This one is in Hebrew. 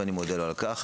ואני מודה לו על כך.